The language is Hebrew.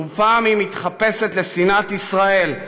ופעם היא מתחפשת לשנאת ישראל,